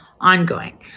ongoing